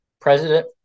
President